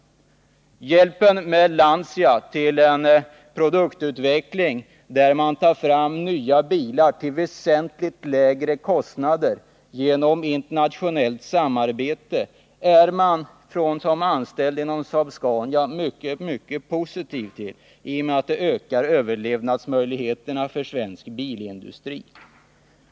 Och hjälpen med Lancia till en produktutveckling, där man tar fram nya bilar till väsentligt lägre kostnader genom internationellt samarbete, är de anställda inom Saab-Scania mycket positiva till, i och med att detta ökar överlevnadsmöjligheterna för svensk bilindustri.